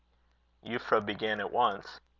euphra began at once